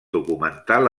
documental